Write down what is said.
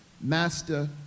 Master